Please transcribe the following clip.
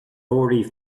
already